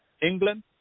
England